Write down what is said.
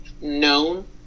known